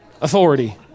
authority